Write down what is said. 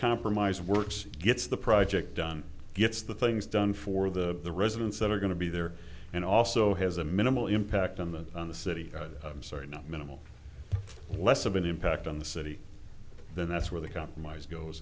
compromise works gets the project done gets the things done for the residents that are going to be there and also has a minimal impact on the on the city i'm sorry not minimal less of an impact on the city then that's where the compromise goes